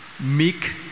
meek